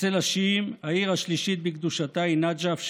אצל השיעים העיר השלישית בקדושתה היא נג'ף שבעיראק.